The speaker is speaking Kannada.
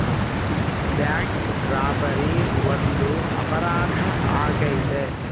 ಬ್ಯಾಂಕ್ ರಾಬರಿ ಒಂದು ಅಪರಾಧ ಆಗೈತೆ